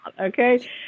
okay